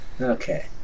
Okay